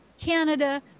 Canada